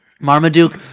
Marmaduke